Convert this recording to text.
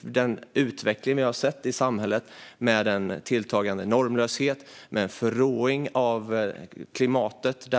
Den utveckling vi har sett i samhället är en tilltagande normlöshet och en förråing av klimatet.